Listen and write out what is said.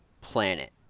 planet